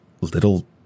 little